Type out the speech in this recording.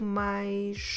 mais